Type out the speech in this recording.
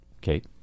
Kate